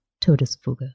Todesfuge